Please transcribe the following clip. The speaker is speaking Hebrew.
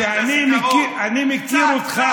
אני מכיר אותך.